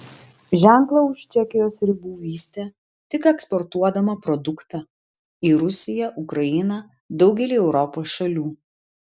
ženklą už čekijos ribų vystė tik eksportuodama produktą į rusiją ukrainą daugelį europos šalių